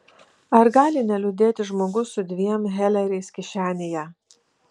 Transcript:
ar gali neliūdėti žmogus su dviem heleriais kišenėje